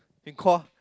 they call